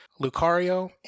Lucario